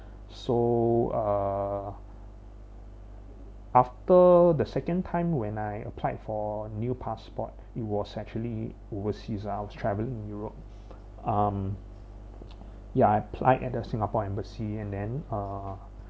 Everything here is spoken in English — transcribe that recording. so uh after the second time when I applied for new passport it was actually overseas lah I was travelling in europe um ya I applied at the singapore embassy and then uh